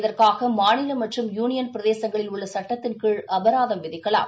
இதற்காகமாநிலமற்றும் யூனியன்பிரதேசங்களில் உள்ளசட்டத்தின்கீழ் அபராதம் விதிக்கலாம்